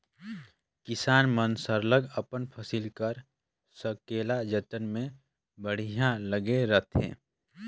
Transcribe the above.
किसान मन सरलग अपन फसिल कर संकेला जतन में बड़िहा लगे रहथें